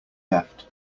left